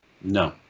no